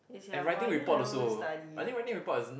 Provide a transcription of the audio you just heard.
and writing report also I think writing report is